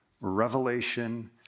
Revelation